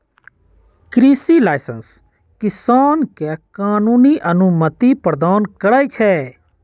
कृषि लाइसेंस किसान के कानूनी अनुमति प्रदान करै छै